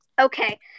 Okay